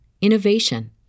innovation